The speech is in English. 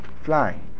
flying